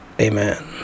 Amen